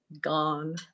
Gone